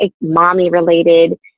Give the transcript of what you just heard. mommy-related